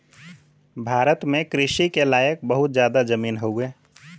भारत में कृषि के लायक बहुत जादा जमीन हउवे